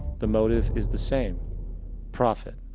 the motive is the same profit.